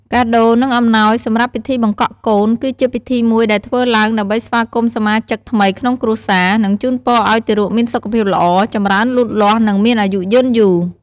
កាដូ និង អំណោយសម្រាប់ពិធីបង្កក់កូន គឺជាពិធីមួយដែលធ្វើឡើងដើម្បីស្វាគមន៍សមាជិកថ្មីក្នុងគ្រួសារ និងជូនពរឲ្យទារកមានសុខភាពល្អ ចម្រើនលូតលាស់ និងមានអាយុយឺនយូរ។